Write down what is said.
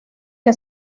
que